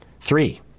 Three